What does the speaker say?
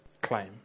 claim